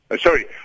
sorry